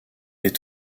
est